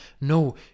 no